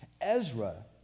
Ezra